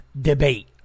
debate